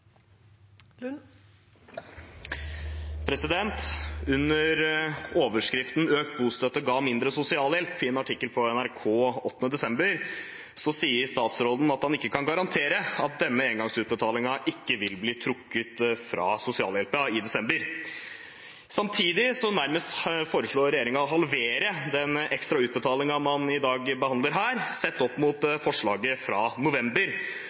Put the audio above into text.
utmåles. Under overskriften «Økt bostøtte ga mindre sosialhjelp» i en artikkel på nrk.no 8. desember sier statsråden at han ikke kan garantere at denne engangsutbetalingen ikke vil bli trukket fra sosialhjelpen i desember. Samtidig foreslår regjeringen nærmest å halvere den ekstra utbetalingen man i dag behandler her, sett opp mot forslaget fra november.